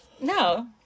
no